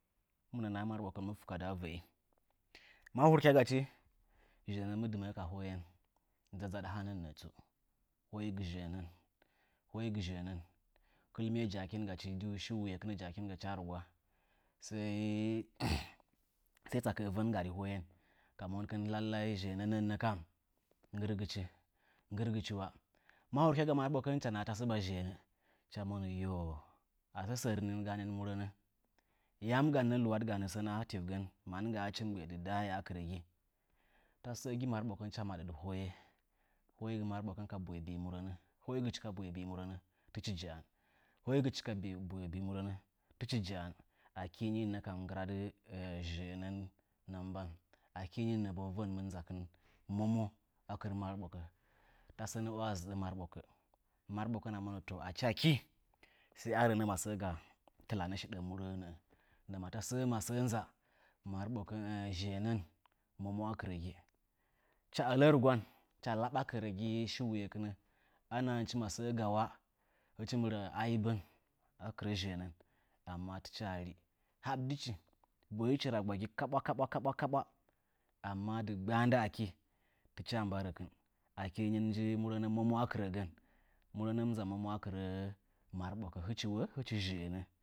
Hɨmɨna naha marbokən mɨ fukadɨ a vəi. Ma hurkya gachi, zhe'ənən mɨ dɨmə'ə ka hoyen. Dzadzaɗ hanənnə tsu. Hoigɨ zhe'ənən, hoigɨ zhe ənən, kɨl miye ja'akinchi tsu, shi wuyekɨnə ja'akin gachi a nugwa sai sai tsakə'ə vən nggari hoyen ka monkɨn wai zhe'ənənə kam nggɨrgɨchi nggɨrgɨchi wa. Ma hurkyaga marɓokən hɨcha nahan tasəba zheənə, hɨcha monə “yo asəə səri nii ganən murənə. Yam ganə nə luwadɨ ganə sənə a tivgə ma nɨngganən nə hɨchi mgbə'ə dɨ daye a kɨrəgi? Tasə səə gi marɓokən hɨcha maɗə dɨ hoye. Ho gɨ marbokən ka boyebi'i murənə, hoigɨchi ka boye bii murənə tɨchi ja'an. Ngadən vənmɨn nwamo a kɨrə marɓokə. Ta sənə waa zɨɗa marɓokən. Marɓokənə shiɗə murəə nə'ə ndama tasə ayam ga marbokə, zhe'ənəna nza mwamo a kɨrəgi. Hɨcha ələ rugwan, hɨcha laɓa kɨran ngɨ shi wuyekɨnə a nahanchi masəə ga wa hɨchi mɨ rə aibe a kɨrə zhe'ənən amam tɨchi waa ri. Haɓdɨchi, boyichi ragwagi kaɓwa kaɓwa, amma dɨggba nda əkii, tɨchaa mba rəkɨn. Akii nii nji murənə mwamo, hɨchi mɨ nzambwamo a kɨrəgən hɨchi wo hɨchi zhea'ənə.